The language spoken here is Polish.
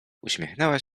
uśmiechnęła